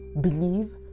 believe